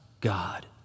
God